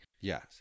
Yes